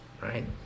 right